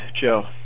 Joe